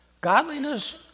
Godliness